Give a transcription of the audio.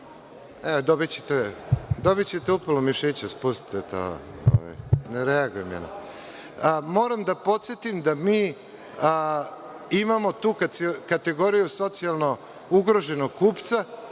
pitanju…Dobićete upalu mišića, spustite to, ne reagujem na to. Moram da podsetim da mi imamo tu kategoriju socijalno ugroženog kupca